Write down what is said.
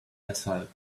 asphalt